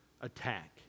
attack